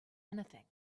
anything